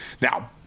Now